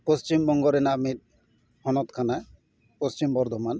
ᱯᱚᱪᱷᱤᱢ ᱵᱚᱝᱜᱚ ᱨᱮᱱᱟᱜ ᱢᱤᱫ ᱦᱚᱱᱚᱛ ᱠᱟᱱᱟ ᱯᱚᱪᱷᱤᱢ ᱵᱚᱨᱫᱷᱚᱢᱟᱱ